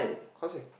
cause I